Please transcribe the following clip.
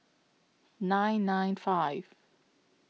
nine nine five